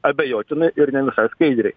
abejotinai ir ne visai skaidriai